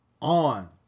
on